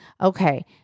okay